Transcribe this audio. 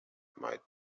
might